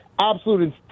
absolute